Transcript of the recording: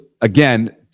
again